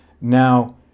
Now